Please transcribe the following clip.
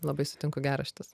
labai sutinku geras šitas